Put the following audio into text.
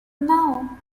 know